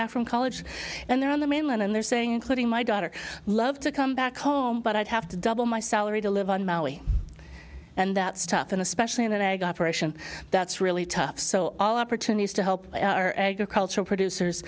back from college and they're on the mainland and they're saying including my daughter love to come back home but i'd have to double my salary to live on molly and that stuff and especially in an egg operation that's really tough so all opportunities to help your cultural producers